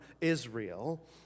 Israel